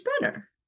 better